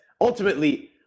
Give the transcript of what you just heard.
ultimately